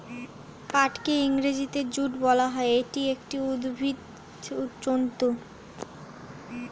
পাটকে ইংরেজিতে জুট বলা হয়, এটি একটি উদ্ভিজ্জ তন্তু